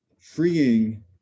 freeing